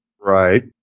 Right